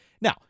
Now